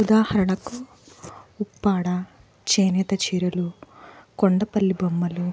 ఉదాహరణకు ఉప్పాడ చేనేత చీరలు కొండపల్లి బొమ్మలు